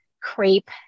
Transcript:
crepe